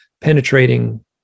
penetrating